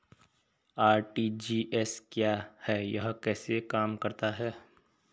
RTGS क्या है यह कैसे काम करता है?